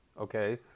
okay